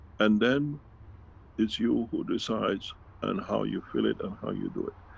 and then it's you who decides and how you fill it and how you do it.